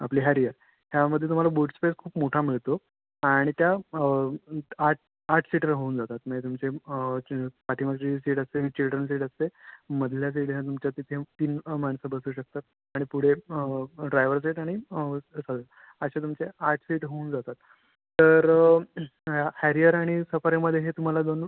आपली हॅरियर ह्यामध्ये तुम्हाला बुट स्पेस खूप मोठा मिळतो आणि त्या आठ आठ सीटर होऊन जातात म्हणजे तुमचे च पाठीमागचे जी सीट असते ती चिल्ड्रन सीट असते मधल्या सीट ह्या तुमच्या तिथे तीन माणसं बसू शकतात आणि पुढे ड्रायव्हर सीट आणि असं अशा तुमच्या आठ सीट होऊन जातात तर हॅरियर आणि सफारीमध्ये हे तुम्हाला दोन